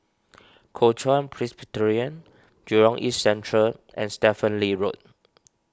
Kuo Chuan Jurong East Central and Stephen Lee Road